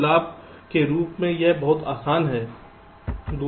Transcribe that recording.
तो लाभ के रूप में यह बहुत आसान है